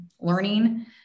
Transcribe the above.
learning